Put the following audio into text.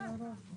לא.